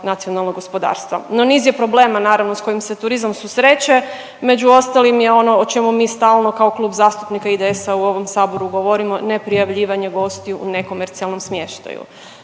nacionalnog gospodarstva, no niz je problema, naravno, s kojim se turizam susreće. Među ostalim je ono o čemu mi stalno kao Klub zastupnika IDS-a u ovom Saboru govorimo, neprijavljivanje gostiju u nekomercijalnom smještaju.